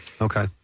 Okay